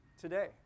today